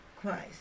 Christ